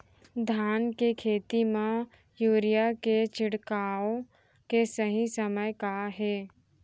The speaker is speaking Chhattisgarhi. धान के खेती मा यूरिया के छिड़काओ के सही समय का हे?